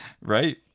Right